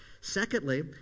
Secondly